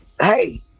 hey